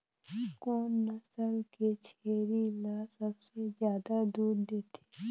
कोन नस्ल के छेरी ल सबले ज्यादा दूध देथे?